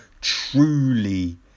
truly